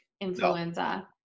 influenza